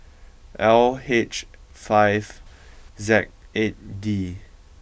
L H five Z eight D